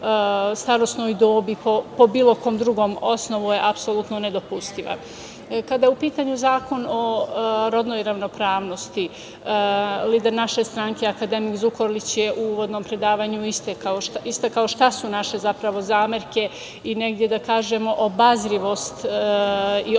starosnoj dobi, po bilo kom drugom osnovu je apsolutno nedopustiva. Kada je u pitanju zakon o rodnoj ravnopravnosti, lider naše stranke akademik Zukorlić je u uvodnom predavanju istakao šta su naše zapravo zamerke i negde, da kažemo, obazrivost i opreznost